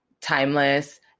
timeless –